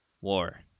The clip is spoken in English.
War